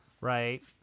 right